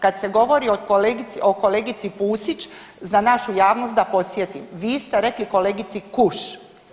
Kada se govori o kolegici Pusić za našu javnost da podsjetim, vi ste rekli kolegici „kuš“